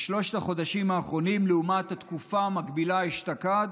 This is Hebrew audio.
בשלושת החודשים האחרונים לעומת התקופה המקבילה אשתקד,